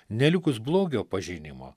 nelikus blogio pažinimo